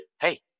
hey